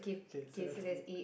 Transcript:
okay so that's it